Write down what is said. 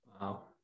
Wow